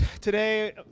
today